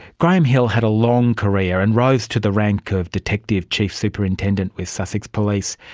graham hill had a long career and rose to the rank of detective chief superintendent with sussex police.